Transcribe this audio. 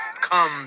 come